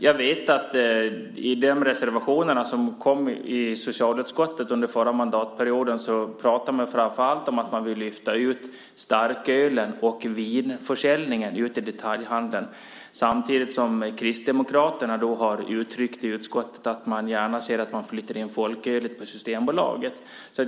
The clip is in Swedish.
Jag vet att i de reservationer som kom i socialutskottet under förra mandatperioden pratar man framför allt om att man vill lyfta ut starkölen och vinförsäljningen i detaljhandeln samtidigt som Kristdemokraterna har uttryckt i utskottet att man gärna ser att man flyttar in folkölet på Systembolaget.